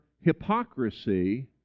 hypocrisy